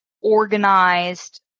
organized